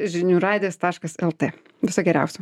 žinių radijas taškas lt viso geriausio